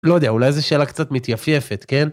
לא יודע, אולי זו שאלה קצת מתייפפת, כן?